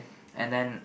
and then